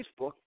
Facebook